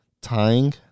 tying